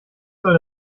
soll